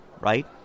right